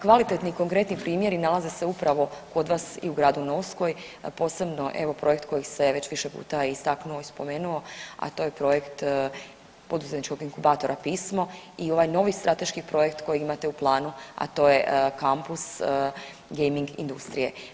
Kvalitetni i konkretni primjeri nalaze se upravo kod vas i u gradu Novskoj, posebno evo projekt koji se već više puta istaknuo, spomenuo a to je projekt poduzetničkog inkubatora Pismo i ovaj novi strateški projekt koji imate u planu a to je kampus gaming industrije.